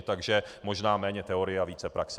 Takže možná méně teorie a více praxe.